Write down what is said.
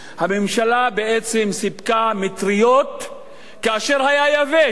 הממשלה בעצם סיפקה מטריות כאשר היה יבש,